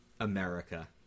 America